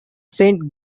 saint